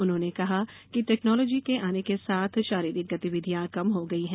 उन्होंने कहा कि टैक्नोलॉजी के आने के साथ शारीरिक गतिविधियां कम हो गई हैं